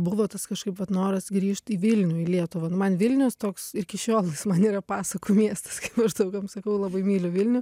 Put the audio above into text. buvo tas kažkaip vat noras grįžt į vilnių į lietuvą nu man vilnius toks iki šiol man yra pasakų miestas kaip aš daug kam sakau labai myliu vilnių